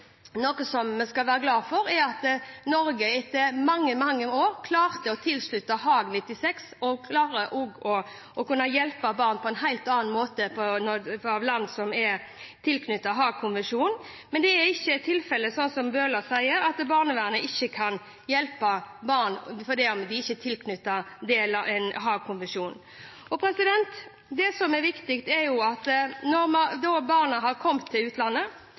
Noe som vi skal være glade for, er at Norge etter mange år tiltrådte Haagkonvensjonen av 1996, som gjør at vi kan hjelpe barn som befinner seg i land som er tilknyttet den konvensjonen, på en helt annen måte. Det er ikke tilfellet, slik som Jan Bøhler sier, at barnevernet ikke kan hjelpe barn hvis de befinner seg i land som ikke er tilknyttet Haagkonvensjonen av 1996. Når barna har kommet til utlandet,